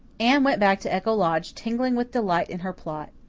anne went back to echo lodge tingling with delight in her plot.